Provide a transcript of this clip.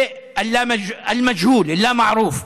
למג'הול, למערוף.